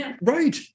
Right